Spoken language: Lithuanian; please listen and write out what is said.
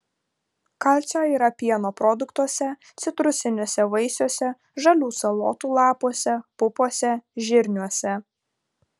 kalcio yra pieno produktuose citrusiniuose vaisiuose žalių salotų lapuose pupose žirniuose